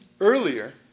earlier